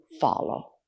follow